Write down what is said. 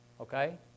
Okay